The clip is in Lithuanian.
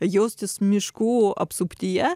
jaustis miškų apsuptyje